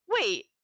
Wait